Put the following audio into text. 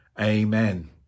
Amen